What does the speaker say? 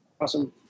Awesome